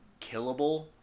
killable